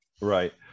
Right